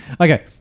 Okay